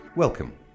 Welcome